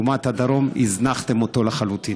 לעומת הדרום, הזנחתם אותו לחלוטין.